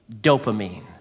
Dopamine